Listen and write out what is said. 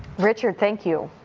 richard, thank you.